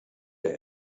der